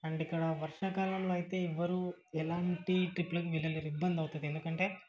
and ఇక్కడ వర్షాకాలంలో అయితే ఎవ్వరూ ఎలాంటి ట్రిప్లకూ వెళ్ళలేరు ఇబ్బందవుతుంది ఎందుకంటే